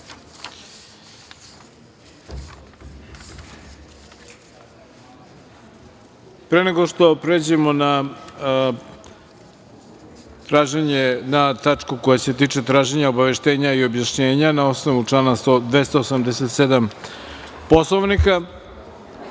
nego što pređemo na tačku koja se tiče traženja obaveštenja i objašnjenja na osnovu člana 287. Poslovnika,